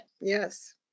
Yes